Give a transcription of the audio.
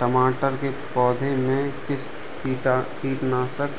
टमाटर के पौधे में किस कीटनाशक